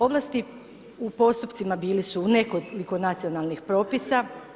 Ovlasti u postupcima bili su u nekoliko nacionalnih propisa.